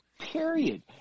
period